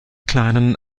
kleinen